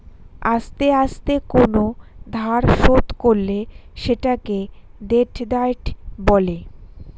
আস্তে আস্তে কোন ধার শোধ করলে সেটাকে ডেট ডায়েট বলে